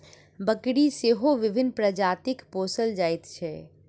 बकरी सेहो विभिन्न प्रजातिक पोसल जाइत छै